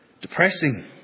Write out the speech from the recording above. depressing